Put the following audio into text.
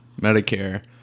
Medicare